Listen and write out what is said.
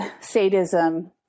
sadism